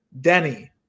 Denny